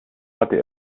hatte